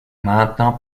maintenant